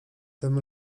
tym